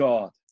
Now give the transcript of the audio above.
God